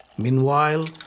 Meanwhile